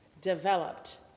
developed